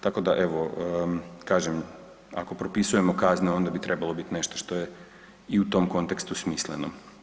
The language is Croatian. Tako da evo kažem ako propisujemo kazne onda bi trebalo biti nešto što je i u tom kontekstu smisleno.